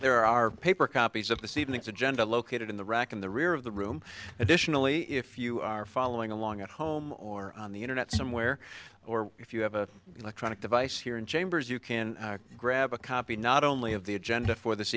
are paper copies of this evening's agenda located in the rack in the rear of the room additionally if you are following along at home or on the internet somewhere or if you have an electronic device here in chambers you can grab a copy not only of the agenda for this